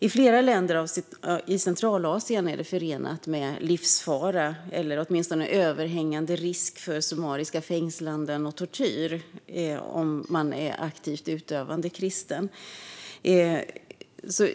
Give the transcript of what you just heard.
I flera länder i Centralasien är det förenat med livsfara - eller det är åtminstone överhängande risk för summariska fängslanden och tortyr - att vara aktivt utövande kristen.